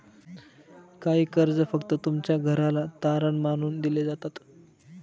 काही कर्ज फक्त तुमच्या घराला तारण मानून दिले जातात